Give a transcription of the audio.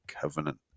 covenant